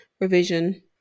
revision